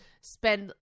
spend